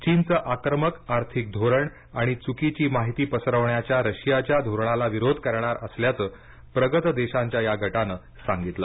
चीनचं आक्रमक आर्थिक धोरण आणि चुकीची माहिती पसरविण्याच्या रशियाच्या धोरणाला विरोध करणार असल्याचंप्रगत देशांच्या या गटांनं सांगितलं